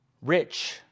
Rich